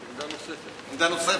עמדה נוספת,